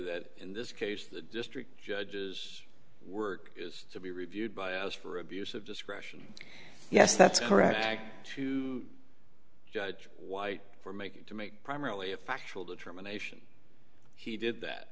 correct in this case the district judges work is to be reviewed by us for abuse of discretion yes that's correct judge white for making to make primarily a factual determination he did that